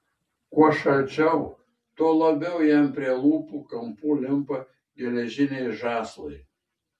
kuo šalčiau tuo labiau jam prie lūpų kampų limpa geležiniai žąslai